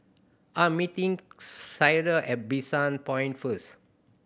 I am meeting Clyde at Bishan Point first